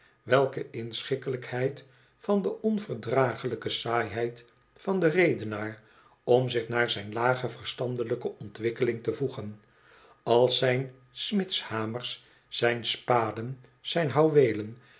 welke inschikkelijkheid van de onverdraaglijke saaiheid van den redenaar om zich naar zijn lage verstandelijke ontwikkeling te voegen als zijn smidshamers zijn spaden zijn houweelen